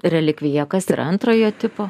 relikvija o kas yra antrojo tipo